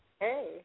Hey